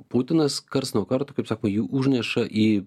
putinas karts nuo karto kaip sakoma jį užneša į